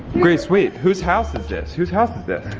grace, wait, whose house is this? whose house is this?